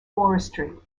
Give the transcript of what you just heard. forestry